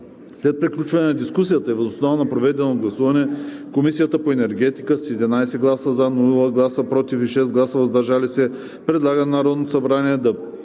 След приключване на дискусията и въз основа на проведеното гласуване Комисията по енергетика с 11 гласа „за“, без гласове „против“ и 6 гласа „въздържал се“ предлага на Народното събрание да